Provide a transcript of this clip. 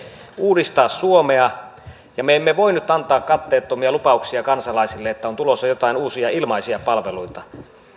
uudistaa suomea me emme voi nyt antaa katteettomia lupauksia kansalaisille että on tulossa joitain uusia ilmaisia palveluita